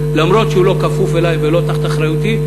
למרות שהוא לא כפוף אלי ולא תחת אחריותי,